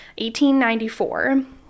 1894